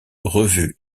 revues